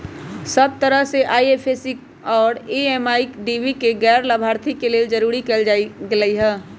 सब तरह से आई.एफ.एस.सी आउरो एम.एम.आई.डी के गैर लाभार्थी के लेल जरूरी कएल गेलई ह